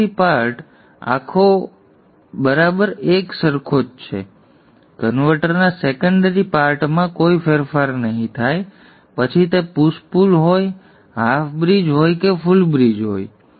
secondary part આખો secondary part બરાબર એક સરખો જ છે કન્વર્ટરના સેકન્ડરી પાર્ટમાં કોઈ ફેરફાર નહીં થાય પછી તે પુશ પુલ હોય હાફ બ્રિજ હોય કે ફુલ બ્રિજ હોય